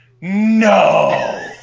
No